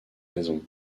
raisons